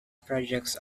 projects